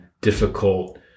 difficult